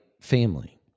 family